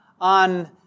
on